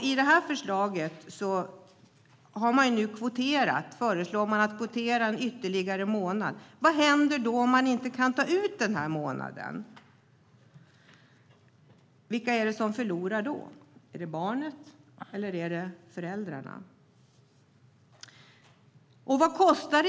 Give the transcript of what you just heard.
I det här förslaget föreslår man att kvotera ytterligare en månad. Vad händer om pappan inte kan ta ut den månaden? Vilka förlorar då? Är det barnet, eller är det föräldrarna som förlorar?